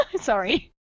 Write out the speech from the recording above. Sorry